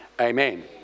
amen